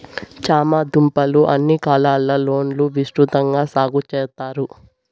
చామ దుంపలు అన్ని కాలాల లోనూ విసృతంగా సాగు చెత్తారు